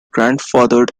grandfathered